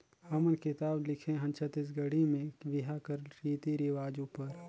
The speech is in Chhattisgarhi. हमन किताब लिखे हन छत्तीसगढ़ी में बिहा कर रीति रिवाज उपर